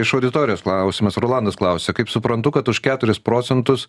iš auditorijos klausimas rolandas klausia kaip suprantu kad už keturis procentus